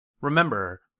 Remember